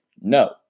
no